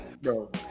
Bro